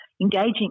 engaging